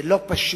זה לא פשוט.